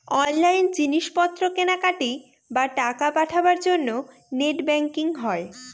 online জিনিস পত্র কেনাকাটি, বা টাকা পাঠাবার জন্য নেট ব্যাঙ্কিং হয়